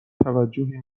توجهی